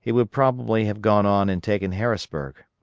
he would probably have gone on and taken harrisburg.